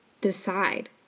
decide